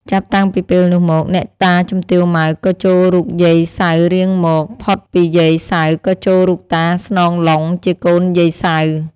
ចាប់តាំងពីពេលនោះមក អ្នកតាជំទាវ ម៉ៅ ក៏ចូលរូបយាយ សៅរ៍រៀងមក ផុតពីយាយ សៅរ៍ ក៏ចូលរូបតា ស្នង ឡុង ជាកូនយាយ សៅរ៍ ។